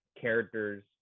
characters